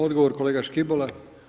Odgovor kolega Škibola.